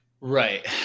Right